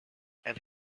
and